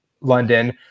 London